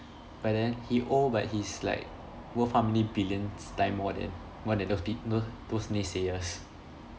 but then he old but he's like worth how many billions time more than more than those peop~ tho~ those naysayers